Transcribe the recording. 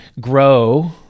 grow